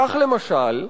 כך, למשל,